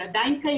זה עדיין קיים,